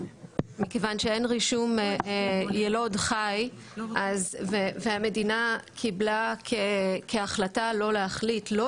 מכיוון שאין רישום יילוד חי והמדינה קיבלה כהחלטה לא להחליט לא